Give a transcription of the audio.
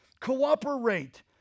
Cooperate